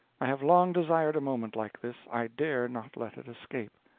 i have long desired a moment like this. i dare not let it escape.